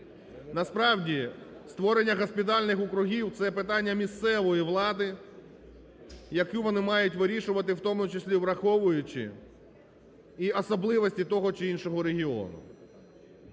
Насправді, створення госпітальних округів – це питання місцевої влади, яке вони мають вирішувати, в тому числі враховуючи і особливості того чи іншого регіону.